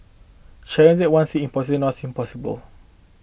challenge that once seemed impossible now seem possible